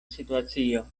situacio